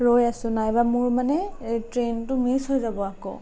ৰৈ আছোঁ নাইবা মোৰ মানে ট্ৰেইনটো মিছ হৈ যাব আকৌ